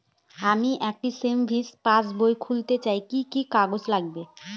আমি একটি savings passbook খুলতে চাই কি কি কাগজ লাগবে?